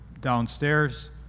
downstairs